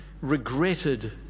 regretted